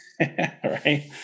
right